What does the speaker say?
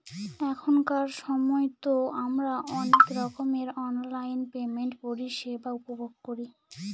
এখনকার সময়তো আমারা অনেক রকমের অনলাইন পেমেন্টের পরিষেবা উপভোগ করি